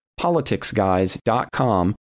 politicsguys.com